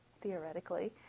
theoretically